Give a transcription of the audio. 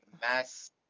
Mass